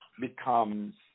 becomes